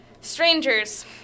Strangers